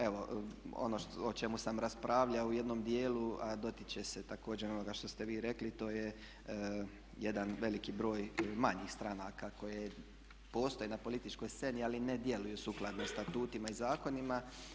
Evo ono o čemu sam raspravljao u jednom dijelu a dotiče se također onoga što ste vi rekli, to je jedan veliki broj manjih stranaka koje postoje na političkoj sceni ali ne djeluju sukladno statutima i zakonima.